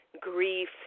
grief